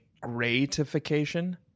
gratification